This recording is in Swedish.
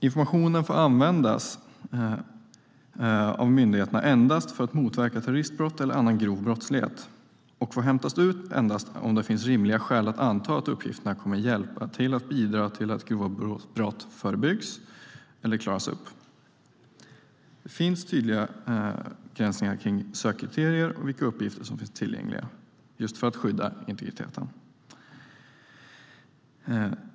Informationen får användas av myndigheterna endast för att motverka terroristbrott eller annan grov brottslighet och får hämtas ut endast om det finns rimliga skäl att anta att uppgifterna kommer att bidra till att grova brott förebyggs eller klaras upp. Det finns tydliga begränsningar kring sökkriterier och vilka uppgifter som finns tillgängliga, just för att skydda integriteten.